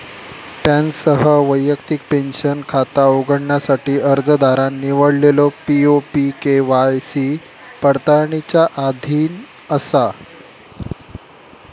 पॅनसह वैयक्तिक पेंशन खाता उघडण्यासाठी अर्जदारान निवडलेलो पी.ओ.पी के.वाय.सी पडताळणीच्या अधीन असा